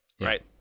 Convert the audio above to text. Right